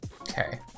Okay